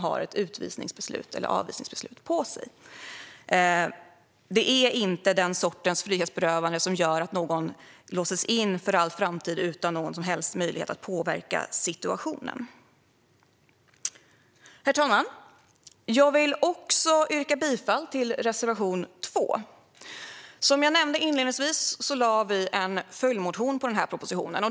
Detta är inte den sortens frihetsberövande som gör att någon låses in för all framtid utan någon som helst möjlighet att påverka situationen. Herr talman! Jag vill också yrka bifall till reservation 2. Som jag nämnde inledningsvis lade vi en följdmotion på den här propositionen.